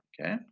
Okay